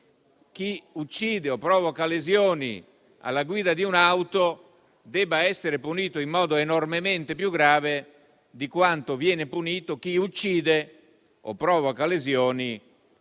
chi uccide o provoca lesioni alla guida di un'auto debba essere punito in modo enormemente più grave di come viene punito chi uccide o provoca lesioni alla guida di